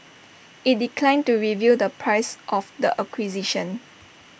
IT declined to reveal the price of the acquisition